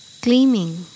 gleaming